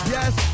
Yes